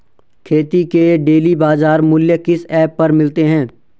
खेती के डेली बाज़ार मूल्य किस ऐप पर मिलते हैं?